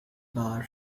bar